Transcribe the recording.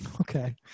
Okay